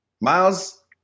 Miles